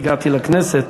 כשהגעתי לכנסת,